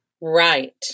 Right